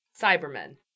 Cybermen